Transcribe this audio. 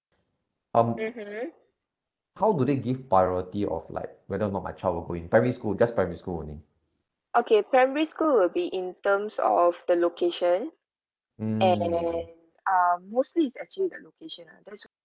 mmhmm okay primary school will be in terms of the location and um mostly is actually the location ah that's